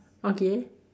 okay